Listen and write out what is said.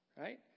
Right